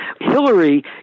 Hillary